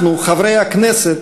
אנחנו, חברי הכנסת,